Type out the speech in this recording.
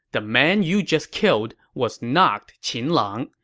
the man you just killed was not qin lang.